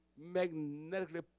magnetically